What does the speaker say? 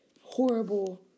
horrible